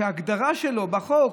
שההגדרה שלו בחוק,